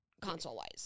Console-wise